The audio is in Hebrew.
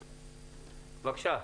בבקשה.